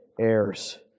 heirs